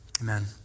Amen